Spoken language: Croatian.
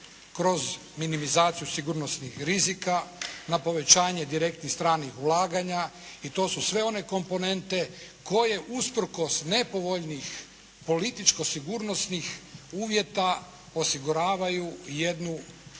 kroz minimizaciju sigurnosnih rizika, na povećanje direktnih stranih ulaganja i to su sve one komponente koje usprkos nepovoljnih, političko sigurnosnih uvjeta osiguravaju jednu